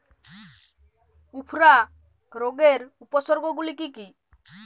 উফরা রোগের উপসর্গগুলি কি কি?